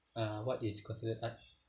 uh what is considered art